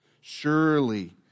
Surely